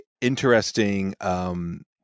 interesting